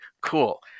cool